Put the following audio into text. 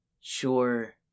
Sure